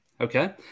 Okay